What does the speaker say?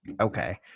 okay